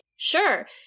Sure